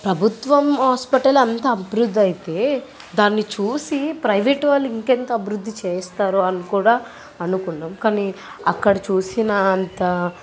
ప్రభుత్వం హాస్పిటల్ అంత అభివృద్ది అయితే దాన్ని చూసి ప్రైవేట్ వాళ్ళు ఇంకా ఎంత అభివృద్ధి చేస్తారో అని కూడా అనుకున్నాము కానీ అక్కడ చూసినంత